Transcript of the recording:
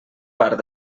part